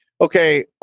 okay